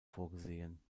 vorgesehen